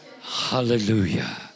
Hallelujah